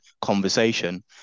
conversation